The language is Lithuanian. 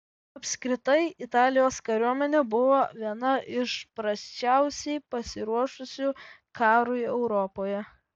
apskritai italijos kariuomenė buvo viena iš prasčiausiai pasiruošusių karui europoje